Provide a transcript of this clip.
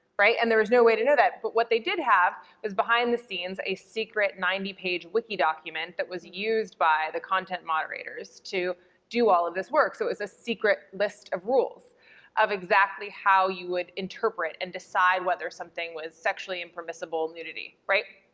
right. and there was no way to know that, but what they did have was behind the scenes a secret ninety page wiki document that was used by the content moderators to do all of this work. so it was a secret list of rules of exactly how you would interpret and decide whether something was sexually impermissible nudity, right,